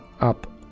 up